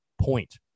point